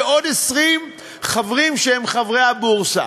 ועוד 20 חברים שהם חברי הבורסה.